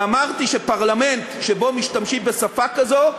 ואמרתי שפרלמנט שבו משתמשים בשפה כזאת,